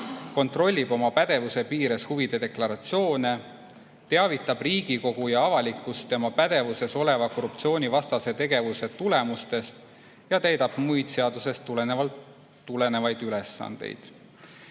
kontrollib oma pädevuse piires huvide deklaratsioone, teavitab Riigikogu ja avalikkust tema pädevuses oleva korruptsioonivastase tegevuse tulemustest ja täidab muid seadusest tulenevaid ülesandeid. Eelnõuga